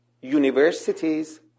universities